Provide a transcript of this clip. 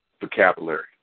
vocabulary